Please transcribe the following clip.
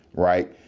right?